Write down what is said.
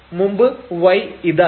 മുമ്പ് y ഇതായിരുന്നു